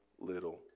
little